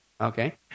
Okay